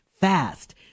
fast